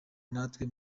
natwe